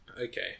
Okay